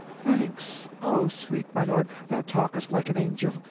thanks, oh, sweet my lord, thou talkest like an angel.